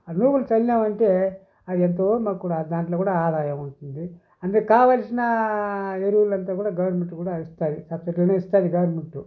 ఆ నూగులు చల్లినామంటే అది ఎంతో మాకు దాన్లో కూడా ఆదాయం ఉంటుంది అందుకు కావల్సిన ఎరువులు అంతా కూడా గవర్నమెంట్ కూడా ఇస్తది సబ్సిడీలో ఇస్తుంది గవర్నమెంట్